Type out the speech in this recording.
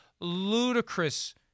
ludicrous